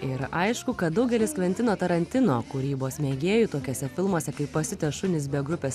ir aišku kad daugelis kventino tarantino kūrybos mėgėjų tokiuose filmuose kaip pasiutę šunys be grupės